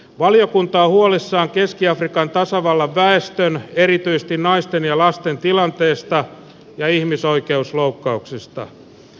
valiokunta on huolissaan keski afrikan tasavallan väestön erityisesti naisten ja lasten tilanteesta ja ihmisoikeusloukkauksista